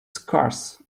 scarce